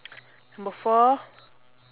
number four